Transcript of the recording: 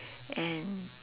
and